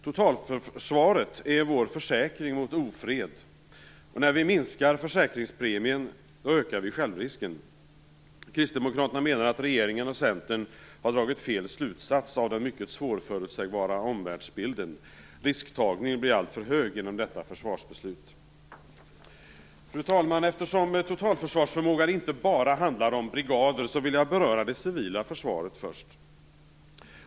Totalförsvaret är vår försäkring mot ofred, och när vi minskar försäkringspremien ökar vi självrisken. Kristdemokraterna anser att regeringen och Centern har dragit fel slutsats av den mycket svårförutsägbara omvärldsbilden. Risktagningen blir alltför hög genom detta försvarsbeslut. Fru talman! Eftersom totalförsvarsförmågan inte bara handlar om brigader vill jag beröra det civila försvaret först.